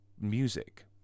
music